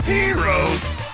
Heroes